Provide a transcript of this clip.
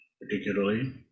particularly